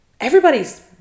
everybody's